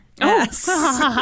Yes